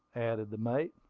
added the mate.